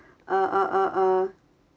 uh uh uh uh